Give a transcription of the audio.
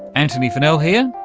antony funnell here,